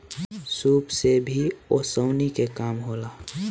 सूप से भी ओसौनी के काम होला